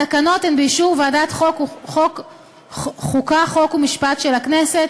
התקנות הן באישור ועדת החוקה, חוק ומשפט של הכנסת,